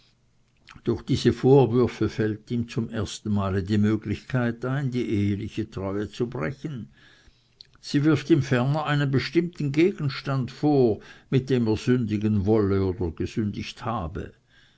durch diese vorwürfe fällt ihm zum ersten male die möglichkeit ein die eheliche treue zu brechen sie wirft ihm ferner einen bestimmten gegenstand vor mit dem er sündigen wolle oder gesündigt habe